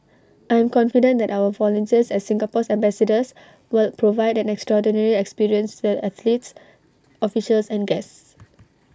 I am confident that our volunteers as Singapore's ambassadors will provide an extraordinary experience to the athletes officials and guests